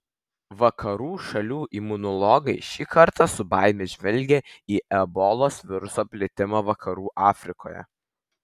vakarų šalių imunologai šį kartą su baime žvelgė į ebolos viruso plitimą vakarų afrikoje